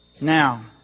Now